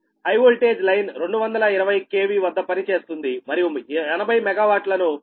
high voltage line 220 KV వద్ద పనిచేస్తుంది మరియు 80 మెగావాట్లను 0